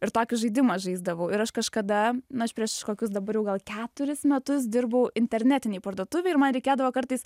ir tokį žaidimą žaisdavau ir aš kažkada nu aš prieš kokius dabar jau gal keturis metus dirbau internetinėj parduotuvėj ir man reikėdavo kartais